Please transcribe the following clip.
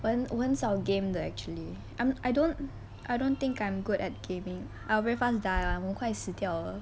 我很少 game 的 actually um I don't I don't think I'm good at gaming I'll very fast die [one] 我很快死掉